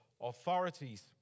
authorities